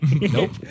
Nope